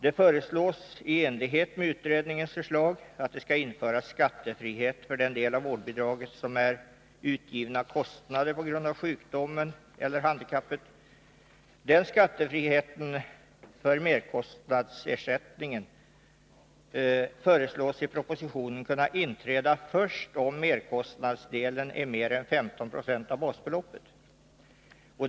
Det föreslås i enlighet med utredningens överväganden att skattefrihet skall införas för den del av vårdbidraget som är kostnader, utgivna på grund av sjukdomen eller handikappet. Denna skattefrihet för merkostnadsersättningen föreslås i propositionen kunna inträda först om merkostnadsdelen är mer än 15 Yo av basbeloppet.